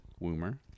Woomer